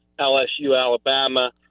LSU-Alabama-